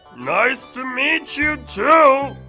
nice to meet you too!